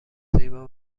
زیبا